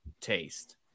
Taste